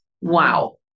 Wow